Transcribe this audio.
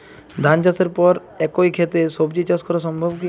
ধান চাষের পর একই ক্ষেতে সবজি চাষ করা সম্ভব কি?